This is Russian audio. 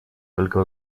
только